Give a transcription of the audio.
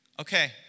Okay